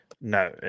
No